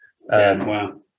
Wow